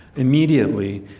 immediately,